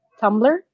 Tumblr